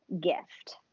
gift